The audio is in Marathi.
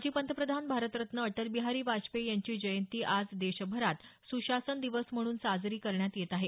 माजी पंतप्रधान भारतरत्न अटल बिहारी वाजपेयी यांची जयंती आज देशभरात सुशासन दिवस म्हणून साजरी करण्यात येत आहे